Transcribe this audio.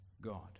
God